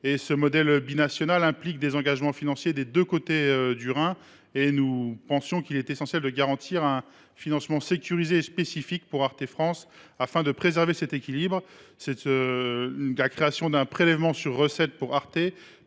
Ce modèle binational implique des engagements financiers des deux côtés du Rhin. Il nous paraissait essentiel de garantir un financement sécurisé et spécifique pour Arte France afin de préserver cet équilibre. La création d’un prélèvement sur recettes permettrait